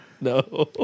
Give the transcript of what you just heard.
No